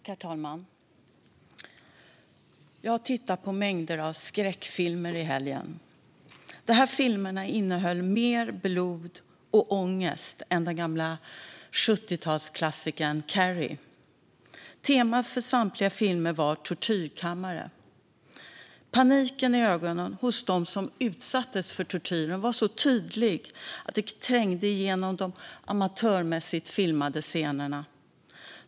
Herr talman! Jag har tittat på mängder av skräckfilmer i helgen. Dessa filmer innehöll mer blod och ångest än den gamla 70-talsklassikern Carrie . Temat för samtliga filmer var tortyrkammare. Paniken i ögonen hos dem som utsattes för tortyren var så tydlig att den trängde igenom de amatörmässigt filmade scenerna.